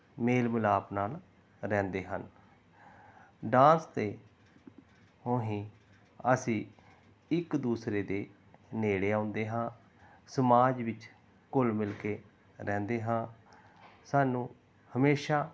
ਮੇਲ ਮਿਲਾਪ ਨਾਲ ਰਹਿੰਦੇ ਹਨ ਡਾਂਸ ਅਤੇ ਉਹੀ ਅਸੀਂ ਇੱਕ ਦੂਸਰੇ ਦੇ ਨੇੜੇ ਆਉਂਦੇ ਹਾਂ ਸਮਾਜ ਵਿੱਚ ਘੁਲ ਮਿਲ ਕੇ ਰਹਿੰਦੇ ਹਾਂ ਸਾਨੂੰ ਹਮੇਸ਼ਾ